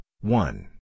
one